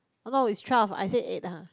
hello it's twelve I said eight ha